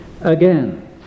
again